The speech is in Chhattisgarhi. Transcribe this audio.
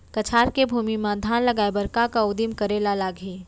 कछार के भूमि मा धान उगाए बर का का उदिम करे ला लागही?